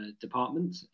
department